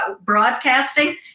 broadcasting